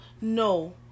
No